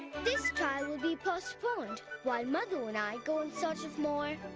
this trial will be postponed while madhu and i go in search of more,